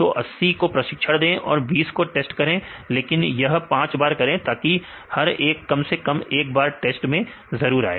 तो 80 को प्रशिक्षण दे और 20 को टेस्ट करें लेकिन यह 5 बार करें ताकि हर एक कम से कम एक बार टेस्ट में जरूर आए